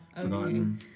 Forgotten